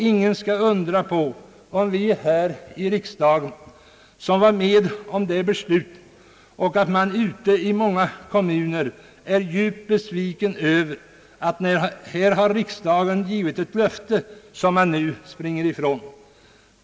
Ingen skall undra över att både vi som var med om det beslutet här i riksdagen och människorna ute i många kommuner är djupt besvikna över att riksdagen har givit ett löfte som man nu springer ifrån.